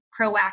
proactive